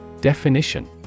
Definition